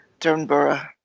Turnborough